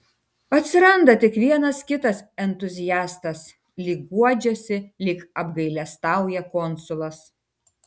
atsiranda tik vienas kitas entuziastas lyg guodžiasi lyg apgailestauja konsulas